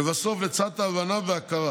לבסוף, לצד ההבנה וההכרה